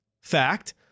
Fact